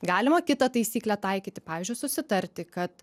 galima kitą taisyklę taikyti pavyzdžiui susitarti kad